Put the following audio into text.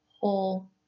whole